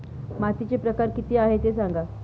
मातीचे प्रकार किती आहे ते सांगा